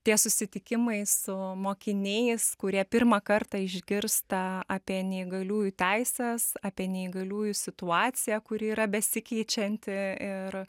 tie susitikimai su mokiniais kurie pirmą kartą išgirsta apie neįgaliųjų teises apie neįgaliųjų situaciją kuri yra besikeičianti ir